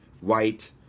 white